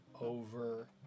over